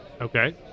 Okay